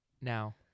now